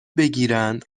بگیرند